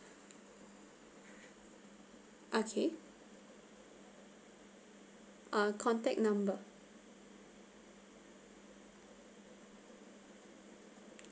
okay err contact number